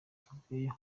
tuvuyemo